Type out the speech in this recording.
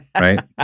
right